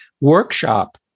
workshop